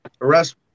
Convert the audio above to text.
Arrest